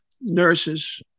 nurses